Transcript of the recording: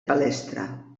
palestra